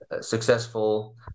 successful